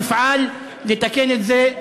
תפעל לתקן את זה,